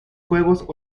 juegos